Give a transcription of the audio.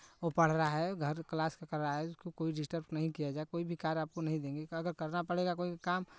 वो पढ़ रहा है घर क्लास का कर रहा है उसको कोई डिस्टर्ब नहीं किया जाए कोई भी कार्य आपको नहीं देंगे अगर करना पड़ेगा कोई भी काम